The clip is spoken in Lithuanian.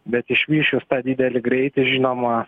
bet išvysčius tą didelį greitį žinoma